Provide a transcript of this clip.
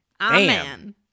Amen